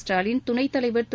ஸ்டாலின் துணைத் தலைவர் திரு